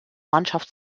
mannschaft